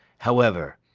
however,